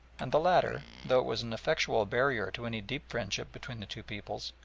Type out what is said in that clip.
and the latter, though it was an effectual barrier to any deep friendship between the two peoples,